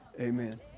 Amen